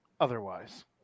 otherwise